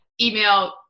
email